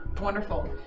Wonderful